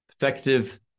effective